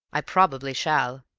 i probably shall.